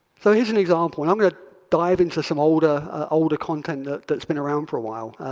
so here's an example. and i'm going to dive into some older older content note that's been around for a while.